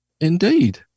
Indeed